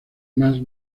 más